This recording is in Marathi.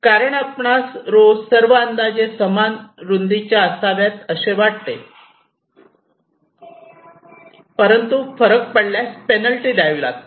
कारण आपणास रो सर्व अंदाजे समान रुंदी च्या असाव्यात असे वाटते परंतु फरक पडल्यास पेनल्टी द्यावी लागते